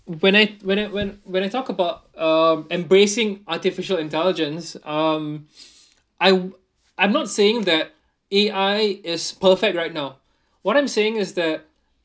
when I when I when when I talk about um embracing artificial intelligence um I I'm not saying that A_I is perfect right now what I'm saying is that